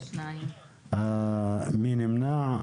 מי נמנע?